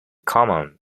common